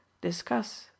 discuss